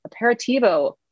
aperitivo